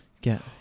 get